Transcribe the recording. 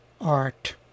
art